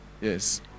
Yes